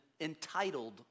entitled